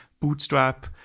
bootstrap